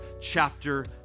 chapter